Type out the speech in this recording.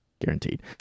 guaranteed